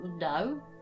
no